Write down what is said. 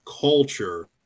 culture